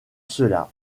cela